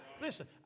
listen